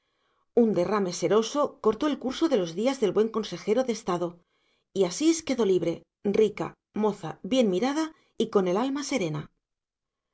un derrame seroso cortó el curso de los días del buen consejero de estado y asís quedó libre rica moza bien mirada y con el alma serena